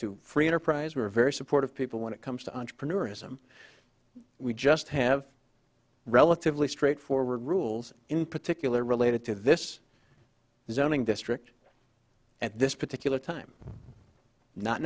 to free enterprise were very supportive people when it comes to entrepreneurism we just have relatively straightforward rules in particular related to this zoning district at this particular time not